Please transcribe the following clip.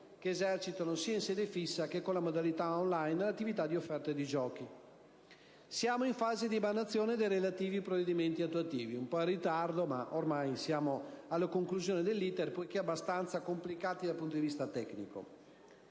che esercitano, sia in sede fissa che con la modalità *online*, l'attività di offerta di giochi. Siamo in fase di emanazione dei relativi provvedimenti attuativi. Anche se in ritardo, siamo alla conclusione dell'*iter*, abbastanza complicato dal punto di vista tecnico.